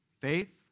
Faith